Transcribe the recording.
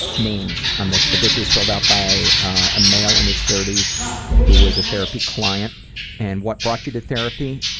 names on this, but this was filled out by a male in his thirty s who was a therapy client and what brought you to therapy?